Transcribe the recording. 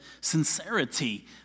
sincerity